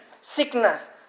sickness